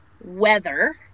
weather